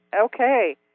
Okay